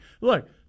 Look